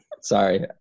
Sorry